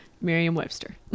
Merriam-Webster